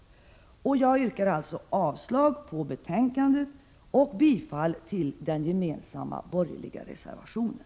Jag yrkar alltså avslag på utskottets hemställan och bifall till den gemensamma borgerliga reservationen.